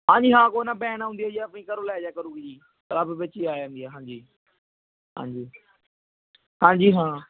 ਹਾਂਜੀ ਹਾਂ ਕੋਈ ਨਾ ਵੈਨ ਆਉਂਦੀ ਹੈ ਜੀ ਆਪਣੀ ਘਰੋਂ ਲੈ ਜਿਆ ਕਰੂਗੀ ਜੀ ਕਲੱਬ ਪਿੱਛੇ ਆ ਜਾਂਦੀ ਹੈ ਹਾਂਜੀ ਹਾਂਜੀ ਹਾਂਜੀ ਹਾਂ